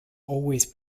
always